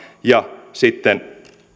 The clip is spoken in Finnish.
ja sitten